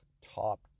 top